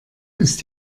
ist